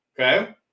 Okay